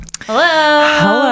Hello